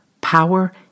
power